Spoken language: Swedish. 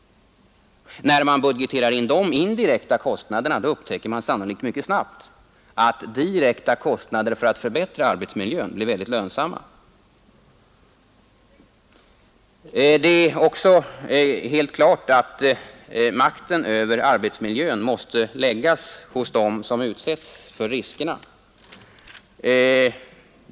När man budgeterar in dessa indirekta kostnader, upptäcker man sannolikt mycket snabbt att direkta kostnader för att förbättra arbetsmiljön blir väldigt lönsamma. Det är också helt klart att makten över arbetsmiljön måste läggas hos dem som utsätts för riskerna.